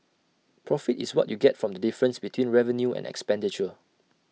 profit is what you get from difference between revenue and expenditure